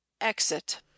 Exit